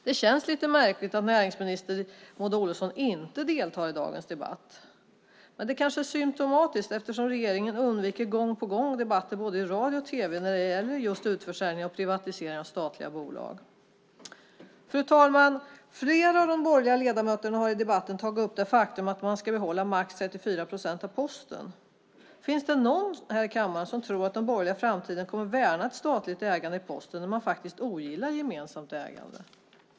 Det känns lite märkligt att näringsminister Maud Olofsson inte deltar i dagens debatt, men det kanske är symtomatiskt eftersom regeringen gång på gång undviker debatter både i radio och i tv när det gäller just utförsäljning och privatisering av statliga bolag. Fru talman! Flera borgerliga ledamöter har i debatten tagit upp det faktum att man ska behålla max 34 procent av Posten. Finns det någon här i kammaren som tror att de borgerliga i framtiden kommer att värna ett statligt ägande i Posten då man faktiskt ogillar gemensamt ägande?